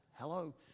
Hello